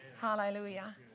Hallelujah